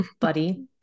Buddy